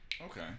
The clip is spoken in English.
okay